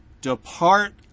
depart